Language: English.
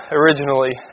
originally